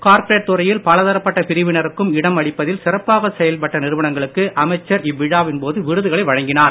corporate துறையில் பலதரப்பட்ட எல்லா பிரிவினருக்கும் இடம் அளிப்பதில் சிறப்பாக செயல்பட்ட நிறுவனங்களுக்கு அமைச்சர் இவ்விழாவின்போது விருதுகளை வழங்கினார்